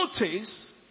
notice